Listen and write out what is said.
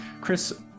Chris